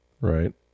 Right